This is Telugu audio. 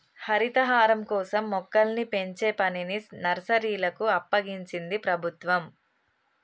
హరితహారం కోసం మొక్కల్ని పెంచే పనిని నర్సరీలకు అప్పగించింది ప్రభుత్వం